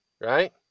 right